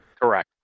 correct